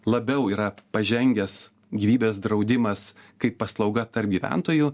labiau yra pažengęs gyvybės draudimas kaip paslauga tarp gyventojų